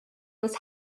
was